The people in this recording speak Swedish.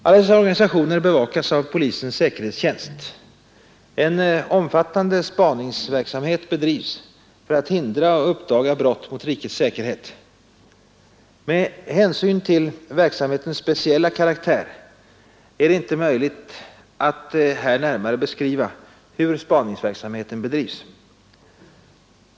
De nu angivna organisationerna bevakas av polisens säkerhetstjänst. En omfattande spaningsverksamhet bedrivs för att hindra och uppdaga brott mot rikets säkerhet. Med hänsyn till verksamhetens speciella karaktär är det inte möjligt att här närmare beskriva hur spaningsverksamheten bedrivs.